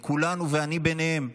לכולנו, ואני ביניהם,